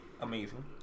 amazing